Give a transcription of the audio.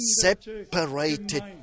separated